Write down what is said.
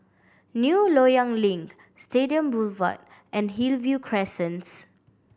New Loyang Link Stadium Boulevard and Hillview Crescents